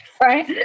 right